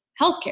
healthcare